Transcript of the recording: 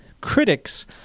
critics